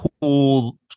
cool